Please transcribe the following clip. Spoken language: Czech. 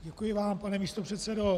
Děkuji vám, pane místopředsedo.